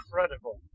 Incredible